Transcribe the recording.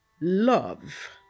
Love